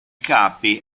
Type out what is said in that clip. capi